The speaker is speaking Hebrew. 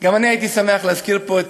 גם אני הייתי שמח להזכיר פה,